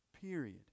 Period